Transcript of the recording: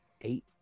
eight